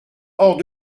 hors